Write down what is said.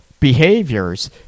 behaviors